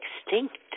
extinct